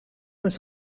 was